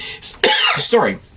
Sorry